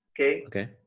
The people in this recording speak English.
Okay